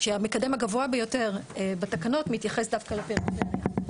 שהמקדם הגבוה ביותר בתקנות מתייחס דווקא לפריפריה.